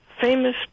famous